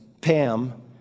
Pam